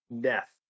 death